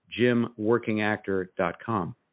JimWorkingActor.com